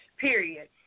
period